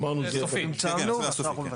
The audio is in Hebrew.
אמרנו שזה --- כן, כן, הסופי.